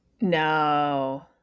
No